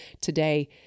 today